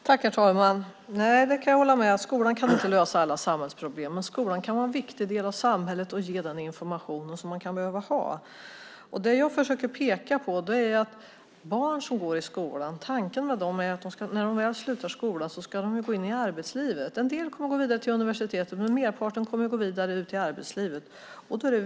Herr talman! Nej, det kan jag hålla med om: Skolan kan inte lösa alla samhällsproblem. Men skolan kan vara en viktig del av samhället och ge den information som man kan behöva ha. Det jag försöker peka på är att tanken är att när barn väl slutar skolan så ska de gå in i arbetslivet. En del kommer att gå vidare till universitet, men merparten kommer att gå vidare ut i arbetslivet.